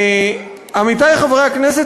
עמיתי חברי הכנסת,